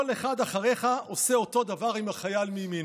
כל אחד אחריך עושה אותו דבר עם החייל מימינו.